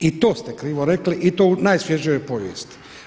I to ste krivo rekli i to u najsvježijoj povijesti.